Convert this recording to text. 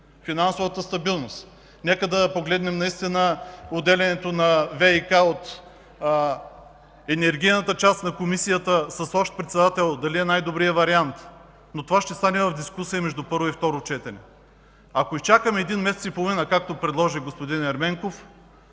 Финансовата стабилност. Нека да погледнем отделянето на ВиК от енергийната част на Комисията с общ председател дали е най-добрият вариант. Но това ще стане в дискусия между първо и второ четене. Ако изчакаме месец и половина, както предложи господин Ерменков,